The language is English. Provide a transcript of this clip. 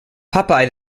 popeye